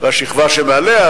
והשכבה שמעליה,